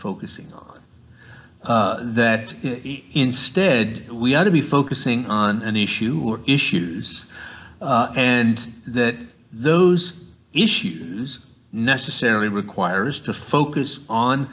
focusing on that instead we ought to be focusing on an issue of issues and that those issues necessarily requires to focus on